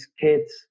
kids